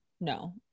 No